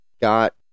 got